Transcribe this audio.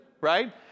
right